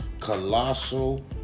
Colossal